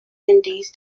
indies